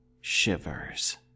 Shivers